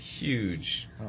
Huge